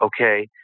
okay